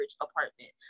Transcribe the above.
apartment